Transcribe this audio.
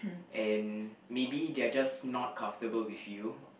and maybe they're just not comfortable with you